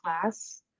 class